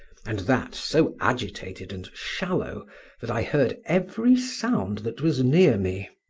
and that so agitated and shallow that i heard every sound that was near me.